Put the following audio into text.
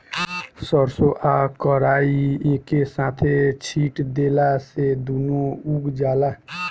सरसों आ कराई एके साथे छींट देला से दूनो उग जाला